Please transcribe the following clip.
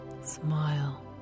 Smile